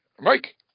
Mike